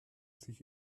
sich